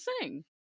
sing